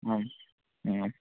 आम् आम्